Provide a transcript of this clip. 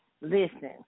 listen